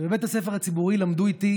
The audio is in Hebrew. ובבית הספר הציבורי למדו איתי